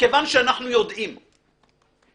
כיוון שאנחנו יודעים שמדובר